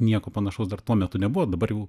nieko panašaus dar tuo metu nebuvo dabar jau